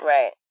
Right